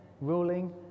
ruling